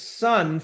son